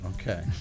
Okay